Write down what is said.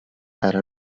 era